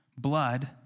blood